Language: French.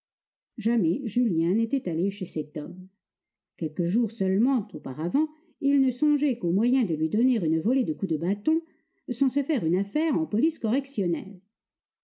jamais julien n'était allé chez cet homme quelques jours seulement auparavant il ne songeait qu'aux moyens de lui donner une volée de coups de bâton sans se faire une affaire en police correctionnelle